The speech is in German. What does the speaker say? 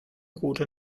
route